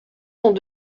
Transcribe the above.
sont